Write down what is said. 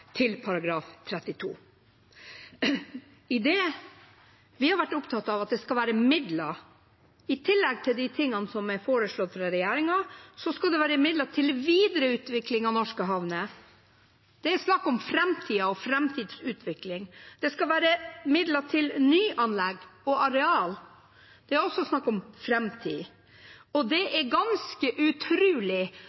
til § 32. Vi har vært opptatt av at det skal være midler. I tillegg til de tingene som er foreslått fra regjeringen, skal det være midler til videreutvikling av norske havner. Det er snakk om framtiden og framtidsutvikling. Det skal være midler til nyanlegg og areal. Det er også snakk om framtid. Det